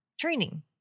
training